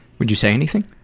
would you say anything?